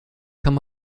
kann